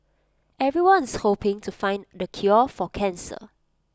everyone's hoping to find the cure for cancer